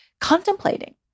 contemplating